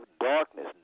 darkness